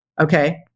Okay